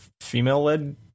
female-led